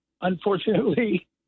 Unfortunately